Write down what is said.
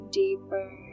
deeper